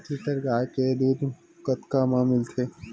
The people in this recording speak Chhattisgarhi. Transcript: एक लीटर गाय के दुध कतका म मिलथे?